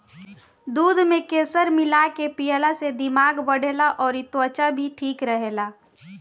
दूध में केसर मिला के पियला से दिमाग बढ़ेला अउरी त्वचा भी ठीक रहेला